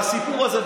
והסיפור הזה,